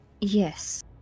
Yes